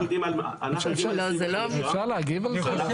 אנחנו יודעים על 25. אפשר להגיב על זה?